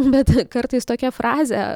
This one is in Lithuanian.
bet kartais tokia frazė